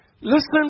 Listen